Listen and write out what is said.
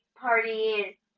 party